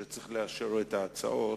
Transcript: שצריך לאשר את ההצעות.